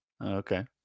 Okay